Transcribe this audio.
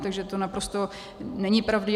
Takže to naprosto není pravdivé.